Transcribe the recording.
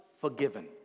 forgiven